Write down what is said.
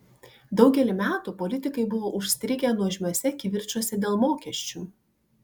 daugelį metų politikai buvo užstrigę nuožmiuose kivirčuose dėl mokesčių